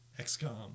xcom